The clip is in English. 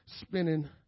spinning